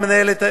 הוועדה,